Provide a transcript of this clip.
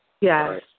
Yes